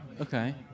Okay